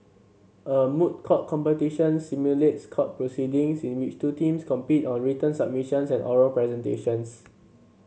a moot court competition simulates court proceedings in which two teams compete on written submissions and oral presentations